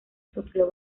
sufrió